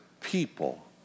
people